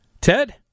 Ted